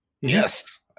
yes